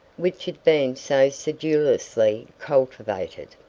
which had been so sedulously cultivated,